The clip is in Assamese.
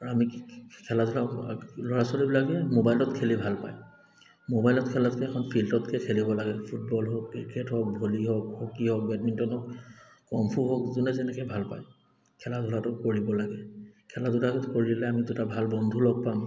আৰু আমি খেলা ধূলা ল'ৰা ছোৱালীবিলাকে মোবাইলত খেলি ভাল পায় মোবাইলত খেলাতকৈ এখন ফিল্ডত গৈ খেলিব লাগে ফুটবল হওক ক্ৰিকেট হওক ভলী হওক হকী হওক বেডমিণ্টন হওক কমফু হওক যোনে যেনেকৈ ভাল পায় খেলা ধূলাটো কৰিব লাগে খেলা ধূলা কৰিলে আমি দুটা ভাল বন্ধু লগ পাম